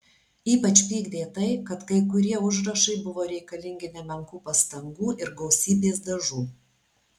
ypač pykdė tai kad kai kurie užrašai buvo reikalingi nemenkų pastangų ir gausybės dažų